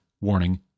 warning